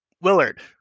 Willard